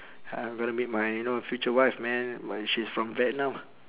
I'm gonna meet my you know future wife man but she's from vietnam